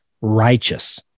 righteous